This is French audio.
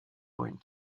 point